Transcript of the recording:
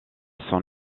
son